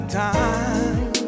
time